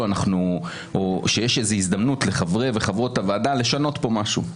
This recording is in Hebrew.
יש הזדמנות לחברי וחברות הוועדה לשנות כאן משהו.